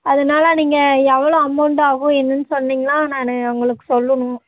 அதனால் நீங்கள் எவ்வளோ அமௌண்ட்டாகும் என்னென்னு சொன்னீங்கன்னா நான் உங்களுக்கு சொல்லணும்